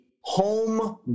home